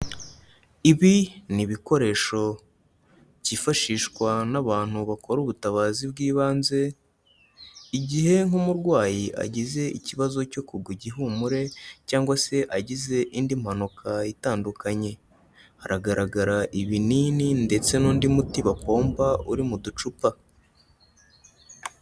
Ibi n'ibikoresho byifashishwa n'abantu bakora ubutabazi bw'ibanze igihe nk'umurwayi agize ikibazo cyo kugwa igihumure cyangwa se agize indi mpanuka itandukanye, haragaragara ibinini ndetse n'undi muti bakomba uri m'uducupa.